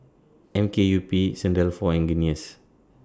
M K U P Saint Dalfour and Guinness